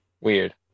Weird